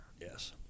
Yes